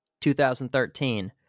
2013